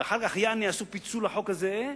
ואחר כך יעני עשו פיצול לחוק הזה,